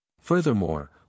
Furthermore